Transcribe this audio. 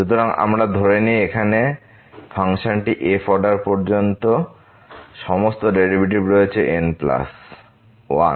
সুতরাং আমরা ধরে নিই যে এখানে ফাংশনটি f অর্ডার পর্যন্ত সমস্ত ডেরিভেটিভ রয়েছে n প্লাস 1